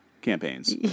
campaigns